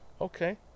Okay